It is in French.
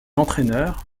entraîneur